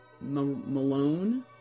Malone